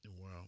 Wow